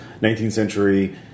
19th-century